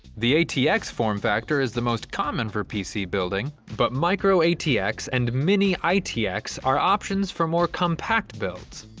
the atx form factor is the most common for pc building but micro atx and mini itx are options for more compact builds.